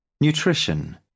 nutrition